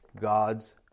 God's